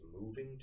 moving